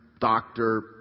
Doctor